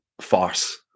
farce